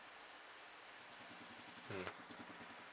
mm